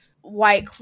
white